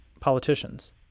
politicians